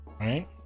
Right